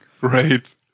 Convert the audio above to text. Right